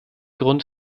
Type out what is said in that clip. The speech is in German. grund